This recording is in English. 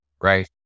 right